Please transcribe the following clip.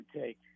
take